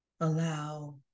allow